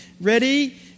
Ready